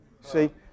See